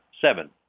seven